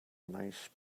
nice